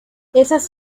esas